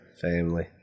Family